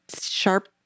sharp